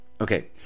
okay